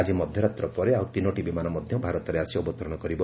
ଆଜି ମଧ୍ୟରାତ୍ର ପରେ ଆଉ ତିନୋଟି ବିମାନ ମଧ୍ୟ ଭାରତରେ ଆସି ଅବତରଣ କରିବ